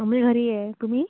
मी घरी आहे तुम्ही